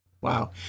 Wow